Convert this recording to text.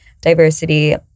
diversity